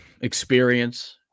experience